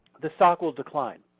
the stock will decline.